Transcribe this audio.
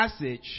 passage